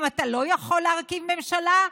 אם אתה לא יכול להרכיב ממשלה,